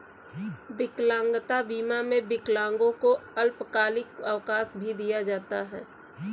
विकलांगता बीमा में विकलांगों को अल्पकालिक अवकाश भी दिया जाता है